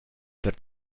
per